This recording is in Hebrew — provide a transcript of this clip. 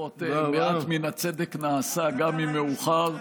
לפחות מעט מן הצדק נעשה, גם אם מאוחר.